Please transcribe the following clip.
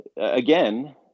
again